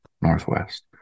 Northwest